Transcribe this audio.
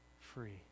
free